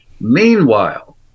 Meanwhile